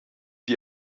die